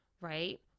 right